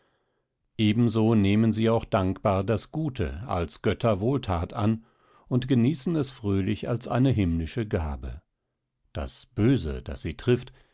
so nehmen sie auch dankbar das gute als götterwohlthat an und genießen es fröhlich als eine himmlische gabe das böse das sie trifft